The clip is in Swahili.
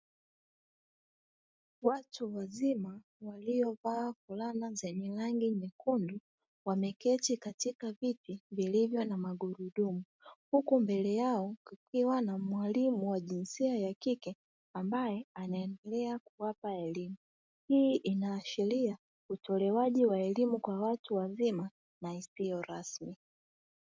Watu wazima walio vaa fulana zenye rangi nyekundu wameketi katika viti vilivyo na magurudumu huku mbele yao kukiwa na mwalimu mwenye jisia ya kike, ambaye anaendelea kuwapa elimu hii inaashiria utolewaji wa elimu kwa watu wazima isiyo rasmi.